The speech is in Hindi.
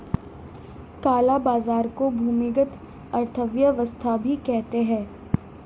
काला बाजार को भूमिगत अर्थव्यवस्था भी कहते हैं